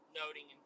noting